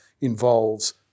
involves